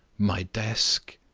my desk?